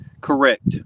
Correct